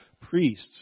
priests